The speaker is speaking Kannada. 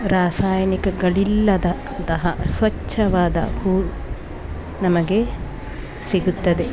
ರಾಸಾಯನಿಕಗಳಿಲ್ಲದ ಸ್ವಚ್ಛವಾದ ಹೂ ನಮಗೆ ಸಿಗುತ್ತದೆ